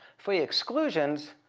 foia exclusions,